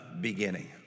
beginning